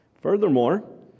Furthermore